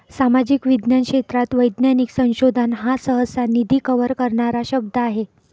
सामाजिक विज्ञान क्षेत्रात वैज्ञानिक संशोधन हा सहसा, निधी कव्हर करणारा शब्द आहे